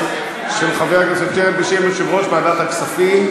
של חבר הכנסת שטרן בשם יושב-ראש ועדת הכספים: